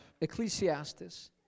Ecclesiastes